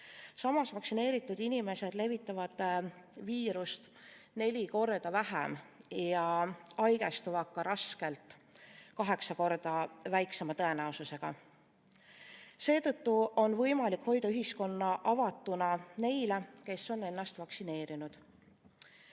Samas, vaktsineeritud inimesed levitavad viirust neli korda vähem ja haigestuvad raskelt kaheksa korda väiksema tõenäosusega. Seetõttu on võimalik hoida ühiskond avatuna neile, kes on ennast vaktsineerinud.